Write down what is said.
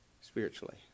spiritually